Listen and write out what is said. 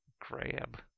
grab